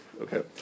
Okay